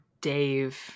Dave